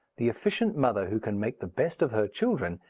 the efficient mother who can make the best of her children,